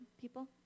people